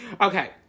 Okay